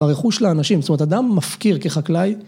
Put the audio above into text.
הרכוש לאנשים, זאת אומרת, אדם מפקיר כחקלאי